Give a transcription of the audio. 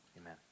amen